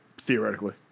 theoretically